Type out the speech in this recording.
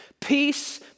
Peace